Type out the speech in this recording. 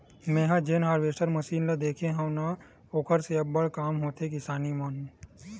मेंहा जेन harvester machine ल देखे हव न ओखर से अब्बड़ काम होथे किसानी मन